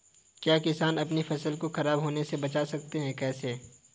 क्या किसान अपनी फसल को खराब होने बचा सकते हैं कैसे?